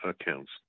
accounts